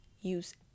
use